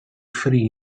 free